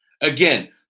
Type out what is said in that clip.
Again